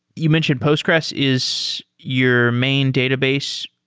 you mentioned postgres is your main database.